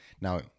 now